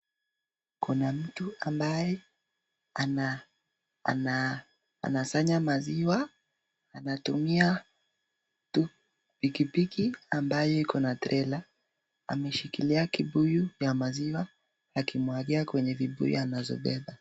Kuna mtu ambaye anasanya maziwa anatumia pikipiki ambayo iko na trela. Ameshikilia kibuyu ya maziwa akimwagia kwenye vibuyu anazobeba.